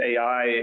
AI